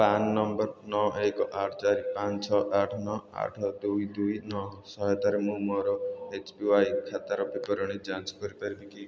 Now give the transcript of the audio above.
PRAN number ନଅ ଏକ ଆଠ ଚାରି ପାଞ୍ଚ ଛଅ ଆଠ ନଅ ଆଠ ଦୁଇ ଦୁଇ ନଅ ସହାୟତାରେ ମୁଁ ମୋର ଏଚ୍ ପି ୱାଇ ଖାତାର ବିବରଣୀ ଯାଞ୍ଚ କରିପାରିବି କି